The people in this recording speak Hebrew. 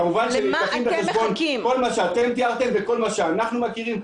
כמובן שנלקח בחשבון כל מה שאתם תיארתם וכל מה שאנחנו מכירים,